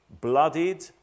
bloodied